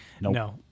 No